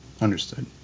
Understood